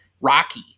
Rocky